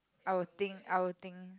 I will think I will think